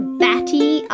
batty